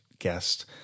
guest